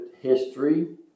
history